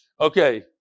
okay